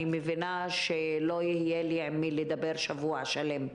מבינה שלא יהיה לי עם מי לדבר שבוע שלם,